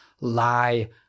lie